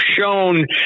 shown